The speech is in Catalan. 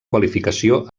qualificació